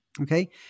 Okay